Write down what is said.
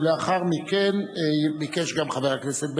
ולאחר מכן ביקש גם חבר הכנסת בן-ארי,